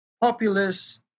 populists